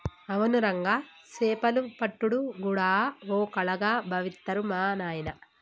అవును రంగా సేపలు పట్టుడు గూడా ఓ కళగా బావిత్తరు మా నాయిన